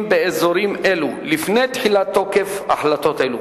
באזורים אלו לפני תחילת תוקף החלטות אלו,